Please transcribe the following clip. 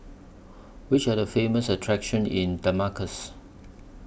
Which Are The Famous attractions in Damascus